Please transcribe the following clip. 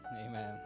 amen